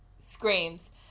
screams